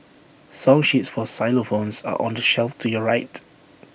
song sheets for xylophones are on the shelf to your right